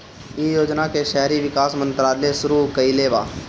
इ योजना के शहरी विकास मंत्रालय शुरू कईले बा